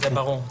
זה ברור מאליו.